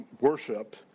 worship